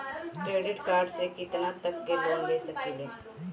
Credit card से कितना तक लोन ले सकईल?